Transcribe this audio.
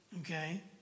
Okay